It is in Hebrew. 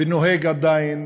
ונוהג עדיין,